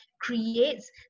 creates